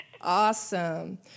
Awesome